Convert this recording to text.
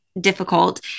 difficult